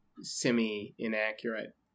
semi-inaccurate